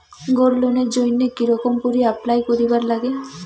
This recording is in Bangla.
গোল্ড লোনের জইন্যে কি রকম করি অ্যাপ্লাই করিবার লাগে?